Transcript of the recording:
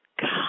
God